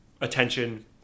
attention